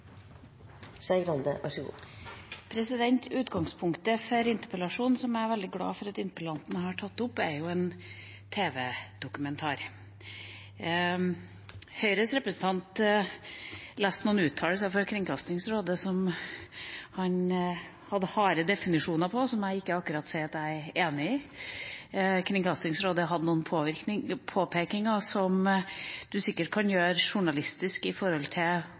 veldig glad for at interpellanten har tatt opp, er en tv-dokumentar. Høyrerepresentanten leste opp noen uttalelser fra Kringkastingsrådet som han ga harde karakteristikker, som jeg ikke akkurat vil si at jeg er enig i. Kringkastingsrådet hadde noen påpekinger – noe man sikkert kan gjøre journalistisk